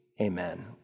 Amen